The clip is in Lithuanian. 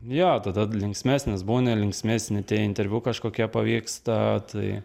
jo tada linksmesnis būni linksmesni tie interviu kažkokie pavyksta tai